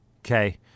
okay